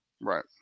right